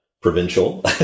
provincial